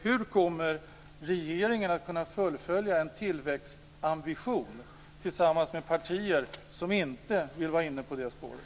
Hur kommer regeringen att kunna fullfölja en tillväxtambition tillsammans med partier som inte vill ge sig in på det spåret?